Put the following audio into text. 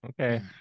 Okay